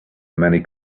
many